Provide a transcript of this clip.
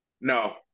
No